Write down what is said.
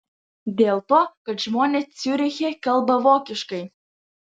dėl to kad žmonės ciuriche kalba vokiškai